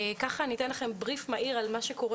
אני אתן לכם סקירה מהירה על מה שקורה